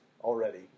already